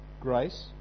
grace